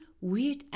weird